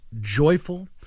joyful